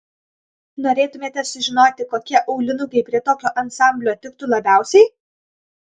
norėtumėte sužinoti kokie aulinukai prie tokio ansamblio tiktų labiausiai